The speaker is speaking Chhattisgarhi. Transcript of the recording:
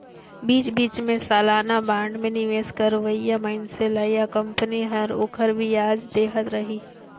बीच बीच मे सलाना बांड मे निवेस करोइया मइनसे ल या कंपनी हर ओखर बियाज देहत रही